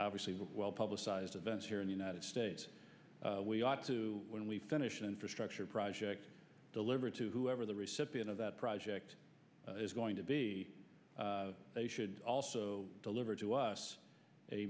obviously well publicized events here in the united states we ought to when we finish an infrastructure project delivered to whoever the recipient of that project is going to be a should also deliver to us a